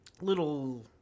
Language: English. little